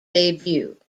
debut